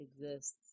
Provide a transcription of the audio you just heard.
exists